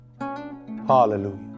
Hallelujah